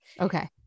Okay